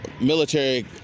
military